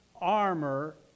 armor